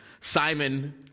Simon